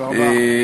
תודה רבה.